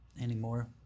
anymore